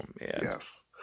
yes